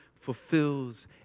fulfills